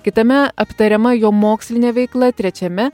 kitame aptariama jo mokslinė veikla trečiame